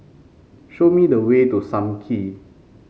show me the way to Sam Kee